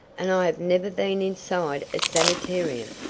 and i have never been inside a sanitarium!